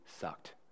sucked